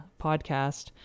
podcast